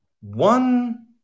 One